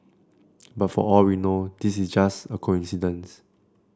but for all we know this is just a coincidence